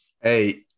Hey